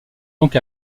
donc